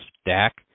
stack